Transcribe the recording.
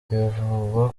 bivugwa